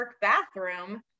bathroom